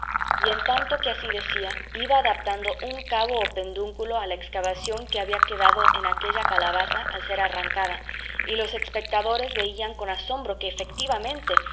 y en tanto que así decía iba adaptando un cabo o pedúnculo a la excavación que había quedado en cada calabaza al ser arrancada y los espectadores veían con asombro que efectivamente